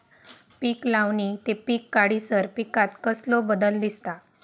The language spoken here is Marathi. पीक लावणी ते पीक काढीसर पिकांत कसलो बदल दिसता?